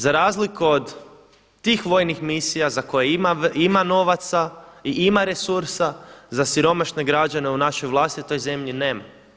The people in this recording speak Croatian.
Za razliku od tih vojnih misija za koje ima novaca i ima resursa, za siromašne građane u našoj vlastitoj zemlji nema.